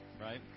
Right